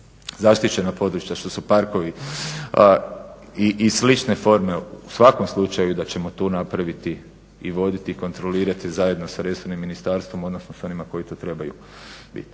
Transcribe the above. zaštićena područja, što su parkovi i slične forme u svakom slučaju da ćemo tu napraviti i voditi i kontrolirati zajedno s resornim ministarstvom, odnosno s onima koji tu trebaju biti,